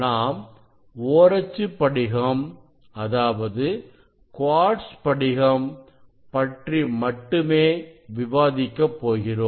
நாம் ஓரச்சுப் படிகம் அதாவது குவாட்ஸ் படிகம் பற்றி மட்டுமே விவாதிக்கப் போகிறோம்